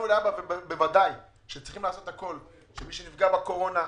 בוודאי שצריך לעשות הכול שמי שנפגע בקורונה,